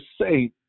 say